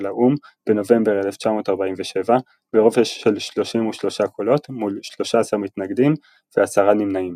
האו"ם בנובמבר 1947 ברוב של 33 קולות מול 13 מתנגדים ו-10 נמנעים.